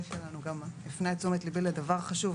המתמחה שלנו הפנה את תשומת ליבי לעניין חשוב,